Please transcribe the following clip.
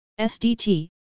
SDT